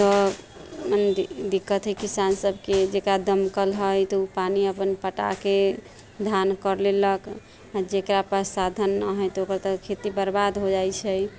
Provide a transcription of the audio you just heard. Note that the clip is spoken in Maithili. तऽ दिक्कत है किसान सभके जकरा दमकल हइ तऽ उ पानि अपन पटाके धान कर लेलक आओर जकरा पास साधन नहि हइ तऽ ओकरा तऽ खेती बरबाद हो जाइ छै